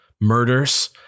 murders